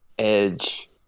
Edge